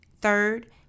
Third